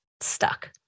stuck